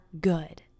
good